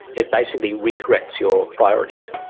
it basically recorrects your priorities.